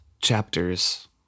chapters